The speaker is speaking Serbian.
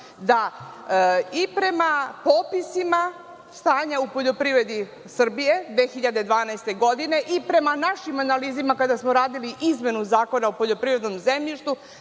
da i prema popisima stanja u poljoprivredi Srbije 2012. godine i prema našim analizama kada smo radili izmenu Zakona o poljoprivrednom zemljištu,